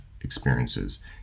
experiences